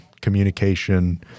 Communication